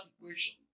equation